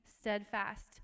steadfast